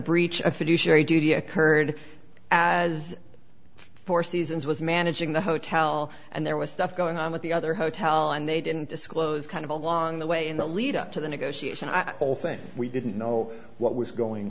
fiduciary duty occurred as the four seasons was managing the hotel and there was stuff going on with the other hotel and they didn't disclose kind of along the way in the lead up to the negotiation i think we didn't know what was going